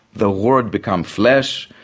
the word become flesh,